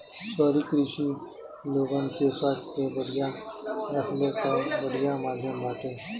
शहरी कृषि लोगन के स्वास्थ्य के बढ़िया रखले कअ बढ़िया माध्यम बाटे